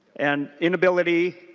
and inability